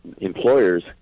employers